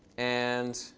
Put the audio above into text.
and